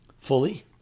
fully